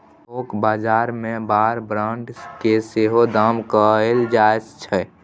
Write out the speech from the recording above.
थोक बजार मे बार ब्रांड केँ सेहो दाम कएल जाइ छै